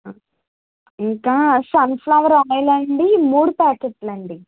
ఇంకా sunflower oil అండి మూడు ప్యాకెట్లు అండి